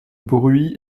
bruit